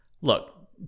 look